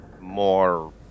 more